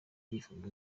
byifuzo